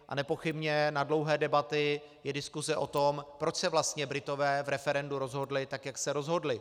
A nepochybně na dlouhé debaty je diskuse o tom, proč se vlastně Britové v referendu rozhodli tak, jak se rozhodli.